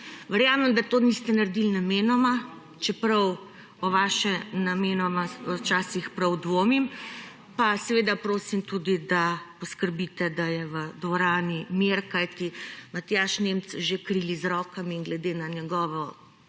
Verjamem, da to niste naredili namenoma, čeprav o vašem »namenoma« včasih prav dvomim. Pa seveda prosim tudi, da poskrbite, da je v dvorani mir, kajti Matjaž Nemec že krili z rokami in glede na njegovo